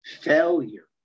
failure